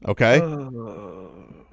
okay